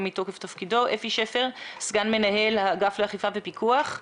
אפי שפר, סגן מנהל האגף לאכיפה ופיקוח.